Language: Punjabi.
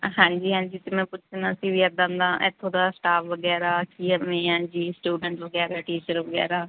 ਹਾਂਜੀ ਹਾਂਜੀ ਅਤੇ ਮੈਂ ਪੁੱਛਣਾ ਸੀ ਵੀ ਇੱਦਾਂ ਦਾ ਇੱਥੋਂ ਦਾ ਸਟਾਫ ਵਗੈਰਾ ਕਿਵੇਂ ਹੈ ਜੀ ਸਟੂਡੈਂਟ ਵਗੈਰਾ ਟੀਚਰ ਵਗੈਰਾ